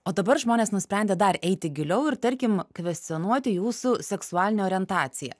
o dabar žmonės nusprendė dar eiti giliau ir tarkim kvestionuoti jūsų seksualinę orientaciją